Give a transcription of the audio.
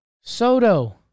Soto